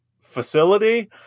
facility